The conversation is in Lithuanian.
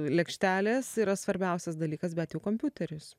lėkštelės yra svarbiausias dalykas bet jau kompiuteris